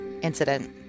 incident